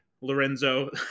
Lorenzo